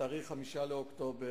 בתאריך 5 באוקטובר,